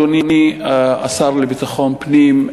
אדוני השר לביטחון הפנים,